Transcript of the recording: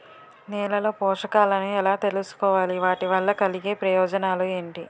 నేలలో పోషకాలను ఎలా తెలుసుకోవాలి? వాటి వల్ల కలిగే ప్రయోజనాలు ఏంటి?